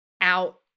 out